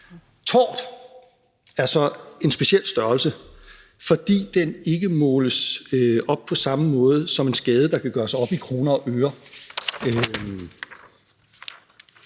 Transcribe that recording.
Tort er så en speciel størrelse, fordi den ikke måles op på samme måde som en skade, der kan gøres op i kroner og øre.